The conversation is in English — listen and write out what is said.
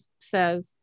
says